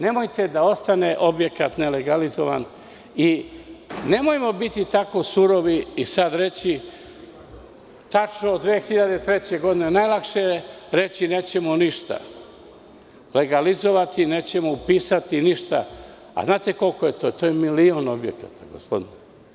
Nemojte da ostane objekat ne legalizovan i nemojmo biti tako surovi i sad reći - tačno je 2003. godine najlakše reći nećemo ništa legalizovati, nećemo upisati ništa, a znate koliko je to, to je milion objekata gospodine.